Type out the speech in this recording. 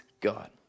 God